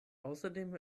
außerdem